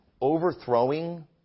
overthrowing